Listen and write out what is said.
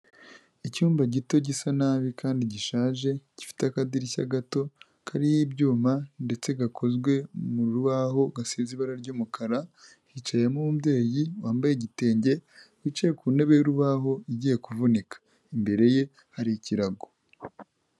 Icyumba gito gisa nabi kandi gishaje gifite akadirishya gato kariho ibyuma ndetse gakozwe mu rubaho gasize ibara ry'umukara, hicayemo umubyeyi wambaye igitenge wicaye ku ntebe y'urubaho igiye kuvunika, imbere ye hari ikirago.